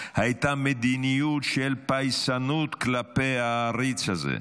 הייתה מדיניות של פייסנות כלפי העריץ הזה.